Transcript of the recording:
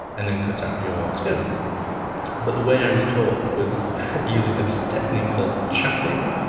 and then cut out your scones but the way i was taught was using a technique called chaffing.